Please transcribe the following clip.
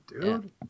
dude